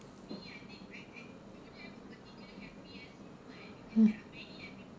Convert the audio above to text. hmm